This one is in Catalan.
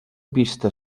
pista